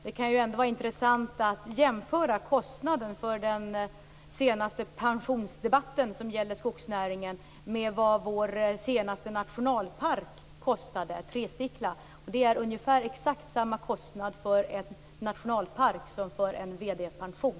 Det kan ändå vara intressant att jämföra kostnaden för den senaste pensionsdebatten, som gäller skogsnäringen, med vad vår senaste nationalpark, Trestickla, kostade. Det är ungefär samma kostnad för en nationalpark som för en VD-pension.